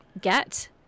get